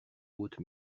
hautes